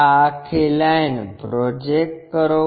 આ આખી line project કરો